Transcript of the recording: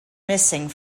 missing